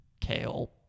kale